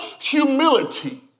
humility